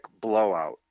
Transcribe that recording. blowout